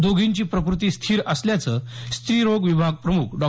दोघींची प्रकृती स्थिर असल्याचं स्त्रीरोग विभागप्रमुख डॉ